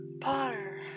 Potter